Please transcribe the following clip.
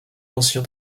ancien